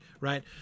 right